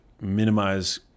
minimize